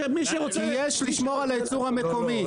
יש לשמור על הייצור המקומי,